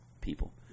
people